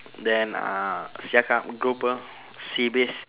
then uh siakap grouper sea bass